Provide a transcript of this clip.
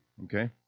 Okay